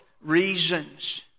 reasons